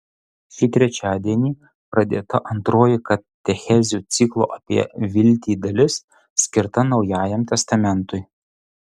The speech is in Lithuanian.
šį trečiadienį pradėta antroji katechezių ciklo apie viltį dalis skirta naujajam testamentui